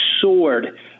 soared